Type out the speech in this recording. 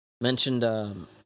mentioned